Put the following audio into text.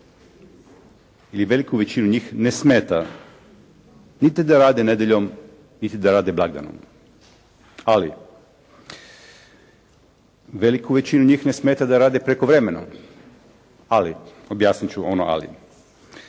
ili veliku veličinu njih ne smeta niti da rade nedjeljom, niti da rade blagdanom. Ali veliku većinu njih ne smeta niti da rade prekovremeno, ali objasniti ću ono ali,